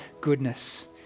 goodness